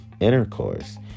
intercourse